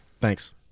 Thanks